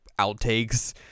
outtakes